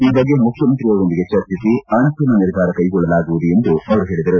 ಈ ಬಗ್ಗೆ ಮುಖ್ಯಮಂತ್ರಿಯವರೊಂದಿಗೆ ಚರ್ಚಿಸಿ ಅಂತಿಮ ನಿರ್ಧಾರ ಕ್ಲೆಗೊಳ್ಟಲಾಗುವುದು ಎಂದು ಹೇಳಿದರು